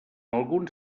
alguns